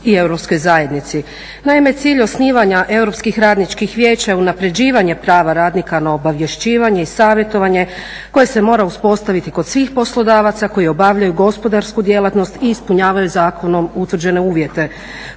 i europskoj zajednici. Naime, cilj osnivanja europskih radničkih vijeća je unapređivanje prava radnika na obavješćivanje i savjetovanje koje se mora uspostaviti kod svih poslodavaca koji obavljaju gospodarsku djelatnost i ispunjavaju zakonom utvrđene uvjete.